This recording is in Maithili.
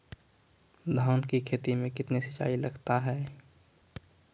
धान की खेती मे कितने सिंचाई लगता है?